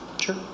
sure